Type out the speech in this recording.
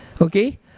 Okay